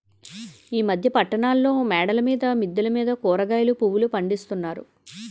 ఈ మధ్య పట్టణాల్లో మేడల మీద మిద్దెల మీద కూరగాయలు పువ్వులు పండిస్తున్నారు